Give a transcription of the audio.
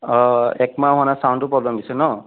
অঁ একমাহ হোৱা নাই চাউণ্ডটোৰ প্ৰব্লেম দিছে ন